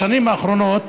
בשנים האחרונות